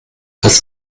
als